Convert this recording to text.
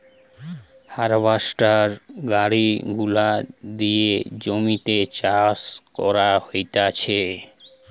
harvester গাড়ি গুলা দিয়ে জমিতে চাষ করা হতিছে